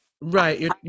Right